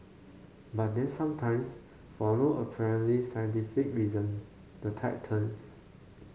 but then sometimes for no apparently scientific reason the tide turns